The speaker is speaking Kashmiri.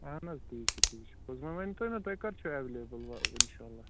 اَہَن حظ تی چھُ تی چھُ پوٚز وۄنۍ ؤنۍتو مےٚ تُہۍ کر چھُو اٮ۪وٮ۪لیبٕل وۄنۍ اِنشاء اللہ